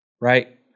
right